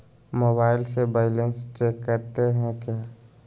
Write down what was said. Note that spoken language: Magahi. मोबाइल से बैलेंस चेक करते हैं क्या?